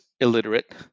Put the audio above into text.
illiterate